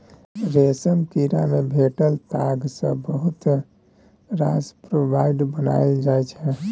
रेशमक कीड़ा सँ भेटल ताग सँ बहुत रास प्रोडक्ट बनाएल जाइ छै